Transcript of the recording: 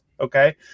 Okay